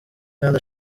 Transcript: kandi